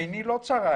עיניי לא צרה,